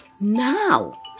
Now